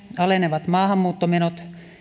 alenevat maahanmuuttomenot